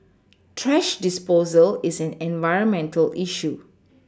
thrash disposal is an environmental issue